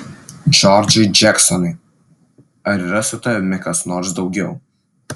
džordžai džeksonai ar yra su tavimi kas nors daugiau